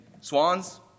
swans